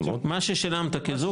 מה ששילמת כזוג,